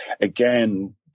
again